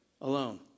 alone